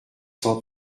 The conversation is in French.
cent